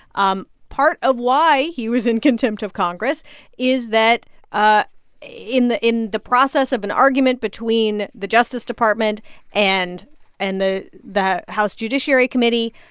um part of why he was in contempt of congress is that ah in the in the process of an argument between the justice department and and the the house judiciary committee,